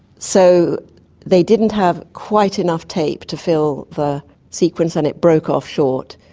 so they didn't have quite enough tape to fill the sequence and it broke off short,